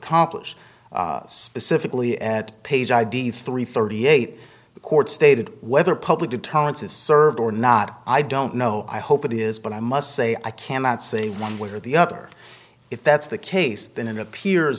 accomplished specifically at page id three thirty eight the court stated whether public deterrence is served or not i don't know i hope it is but i must say i cannot say one way or the other if that's the case then in appears